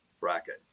bracket